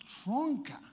stronger